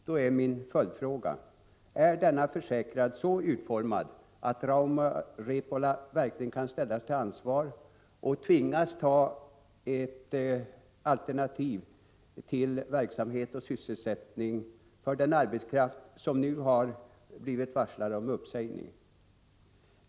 Då är min följdfråga: Är denna försäkran så utformad att Rauma Repola verkligen kan ställas till ansvar och tvingas ordna alternativ verksamhet och sysselsättning för den arbetskraft som nu är varslad om uppsägning?